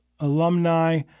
alumni